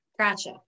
Gotcha